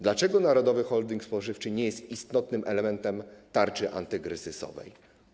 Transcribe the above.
Dlaczego narodowy holding spożywczy nie jest istotnym elementem tarczy antykryzysowej?